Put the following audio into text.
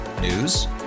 News